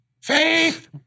Faith